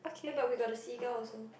ya but we got the seagull also